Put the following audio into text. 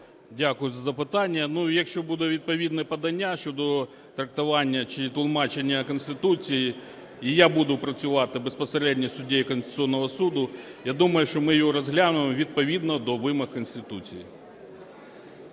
Дякую за запитання. Якщо буде відповідне подання щодо трактування чи тлумачення Конституції, і я буду працювати безпосередньо суддею Конституційного Суду, я думаю, що ми його розглянемо відповідно до вимог Конституції.